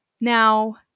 Now